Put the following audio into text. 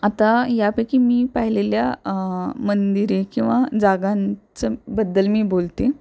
आता यापैकी मी पाहिलेल्या मंदिरे किंवा जागांबद्दल मी बोलते